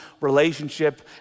relationship